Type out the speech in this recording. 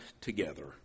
together